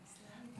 התנועה האסלאמית?